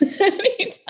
Anytime